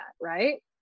Right